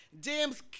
James